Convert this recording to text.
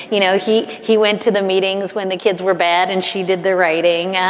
you know, he he went to the meetings when the kids were bad and she did the writing.